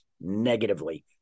negatively